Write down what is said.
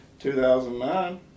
2009